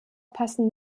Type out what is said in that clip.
passen